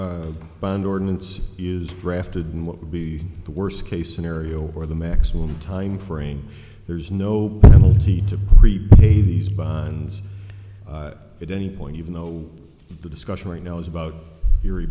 an ordinance is drafted and what would be the worst case scenario for the maximum time frame there's no penalty to prepay these bonds at any point even though the discussion right now is about